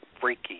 freaky